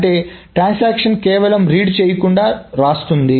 అంటే ట్రాన్సాక్షన్ కేవలం రీడ్ చేయకుండానే వ్రాస్తుంది